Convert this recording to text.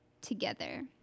together